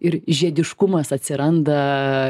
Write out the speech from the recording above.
ir žiediškumas atsiranda